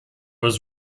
was